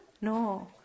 No